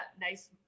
nice